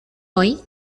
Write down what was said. hoy